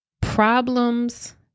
problems